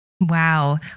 Wow